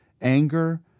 anger